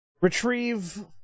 Retrieve